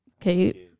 okay